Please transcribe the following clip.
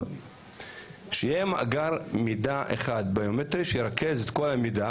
היא שיהיה מאגר מידע אחד ביומטרי שירכז את כל המידע